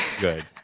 good